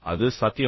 அது சாத்தியமா